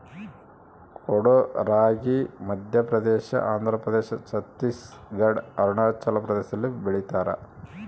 ಕೊಡೋ ರಾಗಿ ಮಧ್ಯಪ್ರದೇಶ ಆಂಧ್ರಪ್ರದೇಶ ಛತ್ತೀಸ್ ಘಡ್ ಅರುಣಾಚಲ ಪ್ರದೇಶದಲ್ಲಿ ಬೆಳಿತಾರ